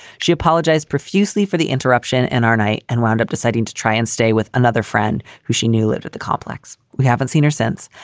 she apologized profusely for the interruption and our night and wound up deciding to try and stay with another friend who she knew live at the complex. we haven't seen her since.